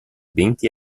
denti